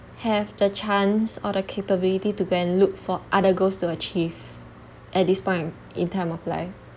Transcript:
have the chance or the capability to go and look for other goals to achieve at this point in time of life